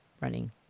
running